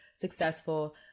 successful